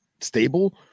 stable